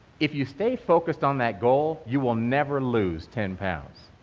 if you stay focused on that goal, you will never lose ten pounds.